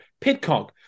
Pitcock